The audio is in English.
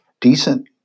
decent